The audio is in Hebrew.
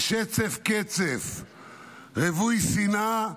בשצף קצף רווי שנאה,